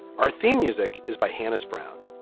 our theme music is by hannah's brown.